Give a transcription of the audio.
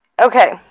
Okay